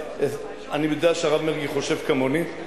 אני יודע שהרב מרגי חושב כמוני,